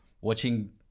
Watching